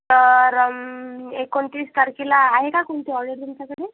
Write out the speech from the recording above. तर एकोणतीस तारखेला आहे का कोणती ऑर्डर तुमच्याकडे